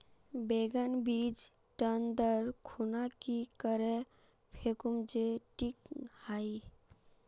बैगन बीज टन दर खुना की करे फेकुम जे टिक हाई?